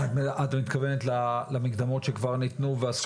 את מתכוונת למקדמות שכבר ניתנו והסכמת